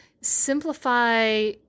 Simplify